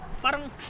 parang